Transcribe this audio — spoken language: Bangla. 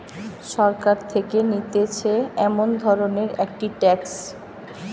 সরকার থেকে নিতেছে এমন ধরণের একটি ট্যাক্স